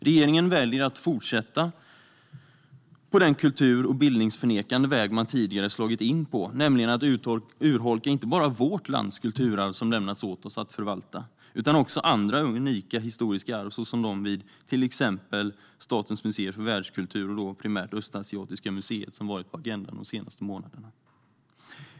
Regeringen väljer att fortsätta på den kultur och bildningsförnekande väg man tidigare slagit in på, nämligen att urholka inte bara vårt lands kulturarv, som lämnats åt oss att förvalta, utan också andra unika historiska arv, till exempel de som finns vid Statens museer för världskultur, och då primärt Östasiatiska museet, som varit på agendan de senaste månaderna.